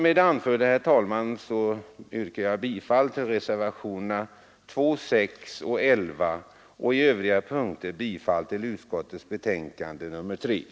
Med det anförda yrkar jag bifall till reservationerna 2, 6 och 11; i övrigt yrkar jag bifall till vad utskottet hemställt.